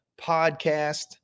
Podcast